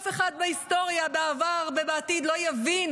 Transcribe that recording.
אף אחד בהיסטוריה בעבר ובעתיד לא יבין